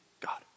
God